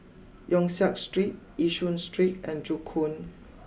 Yong Siak Street Yishun Street and Joo Koon